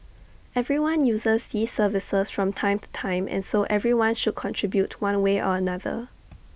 everyone uses these services from time to time and so everyone should contribute one way or another